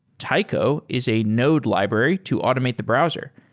taiko is a node library to automate the browser.